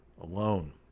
alone